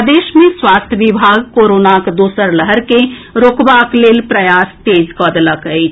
प्रदेश मे स्वास्थ्य विभाग कोरोनाक दोसर लहर के रोकबाक लेल प्रयास तेज कऽ देलक अछि